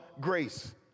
grace